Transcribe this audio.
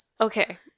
Okay